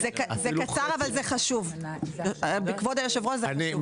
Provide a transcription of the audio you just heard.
כבוד היושב-ראש, זה קצר אבל זה חשוב.